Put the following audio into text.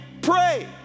pray